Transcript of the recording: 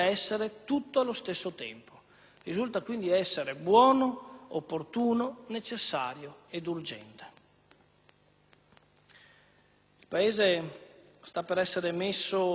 Risulta quindi essere buono, opportuno, necessario ed urgente. Il Paese sta per essere messo, quindi, nei binari giusti.